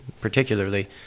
particularly